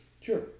Sure